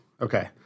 Okay